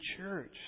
church